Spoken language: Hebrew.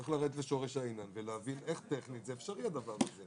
צריך לרדת לשורש העניין ולהבין איך טכנית אפשרי הדבר הזה.